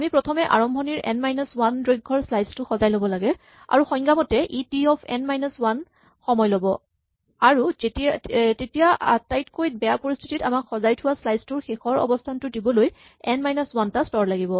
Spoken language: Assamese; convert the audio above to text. আমি প্ৰথমে আৰম্ভণিৰ এন মাইনাচ ৱান দৈৰ্ঘ্যৰ স্লাইচ টো সজাই ল'ব লাগে আৰু সংজ্ঞামতে ই T of n minus one সময় ল'ব আৰু তেতিয়া আটাইতকৈ বেয়া পৰিস্হিতিত আমাক সজাই থোৱা স্লাইচ টোত শেষৰ অৱস্হানটো দিবলৈ এন মাইনাচ ৱান টা স্তৰ লাগিব